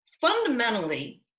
fundamentally